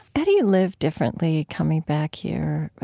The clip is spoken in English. how do you live differently, coming back here?